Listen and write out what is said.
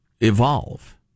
evolve